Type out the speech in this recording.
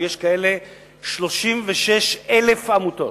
ויש 36,000 עמותות,